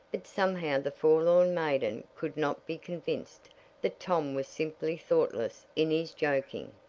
but somehow the forlorn maiden could not be convinced that tom was simply thoughtless in his joking.